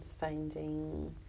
finding